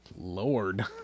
Lord